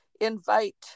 invite